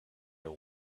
are